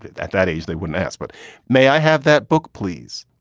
that that age they wouldn't ask. but may i have that book, please?